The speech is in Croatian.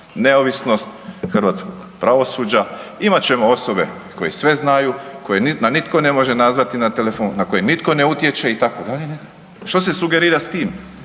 neovisnost hrvatskog pravosuđa, imat ćemo osobe koje sve znaju, koje na nitko ne može nazvati na telefon, na koji nitko ne utječe, itd. .../nerazumljivo/...